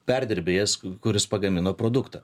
perdirbėjas kuris pagamino produktą